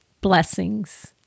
blessings